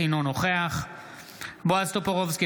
אינו נוכח בועז טופורובסקי,